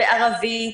בערבית,